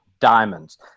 diamonds